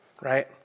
right